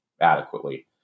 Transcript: adequately